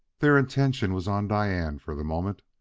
their attention was on diane for the moment.